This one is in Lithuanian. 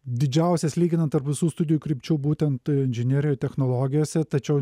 didžiausias lyginant tarp visų studijų krypčių būtent inžinerijoje technologijose tačiau